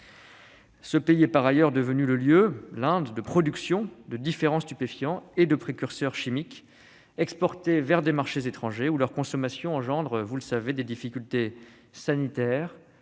Afghanistan. Par ailleurs, l'Inde est devenue un lieu de production de différents stupéfiants et précurseurs chimiques, exportés vers des marchés étrangers où leur consommation provoque, vous le savez, des difficultés sanitaires